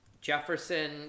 Jefferson